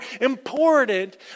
important